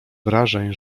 wrażeń